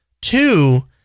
Two